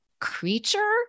creature